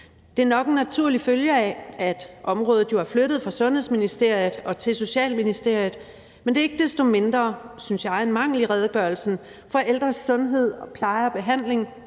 Det er nok en naturlig følge af, at området jo er flyttet fra Sundhedsministeriet og til Socialministeriet, men det er ikke desto mindre, synes jeg, en mangel i redegørelsen, for ældres sundhed og pleje og behandling